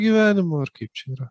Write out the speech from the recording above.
gyvenimo ar kaip čia yra